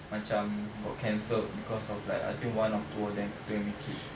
macam got cancelled because of like I think one of two or them couldn't make it